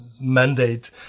mandate